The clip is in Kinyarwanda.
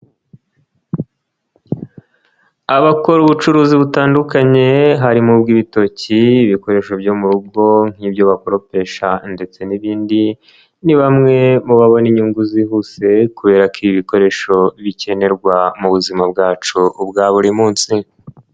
Abakora ubucuruzi butandukanye harimo ubw'ibitoki ibikoresho byo mu rugo nk'ibyo bakoropesha ndetse n'ibindi ni bamwe mu babona inyungu zihuse kubera ko ibikoresho bikenerwa mu buzima bwacu ubwa buri munsi.